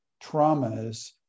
traumas